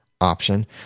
option